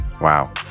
Wow